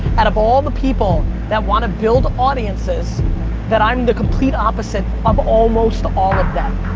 and of all the people that want to build audiences that i'm the complete opposite of almost all of them.